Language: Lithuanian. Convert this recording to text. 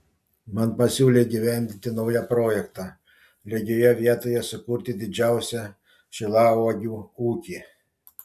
man pasiūlė įgyvendinti naują projektą lygioje vietoje sukurti didžiausią šilauogių ūkį